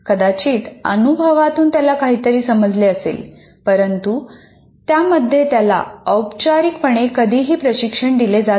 कदाचित अनुभवातून त्याला काहीतरी समजले असेल परंतु त्यामध्ये त्याला औपचारिकपणे कधीही प्रशिक्षण दिले जात नाही